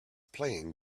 playing